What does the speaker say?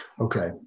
Okay